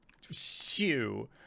Shoo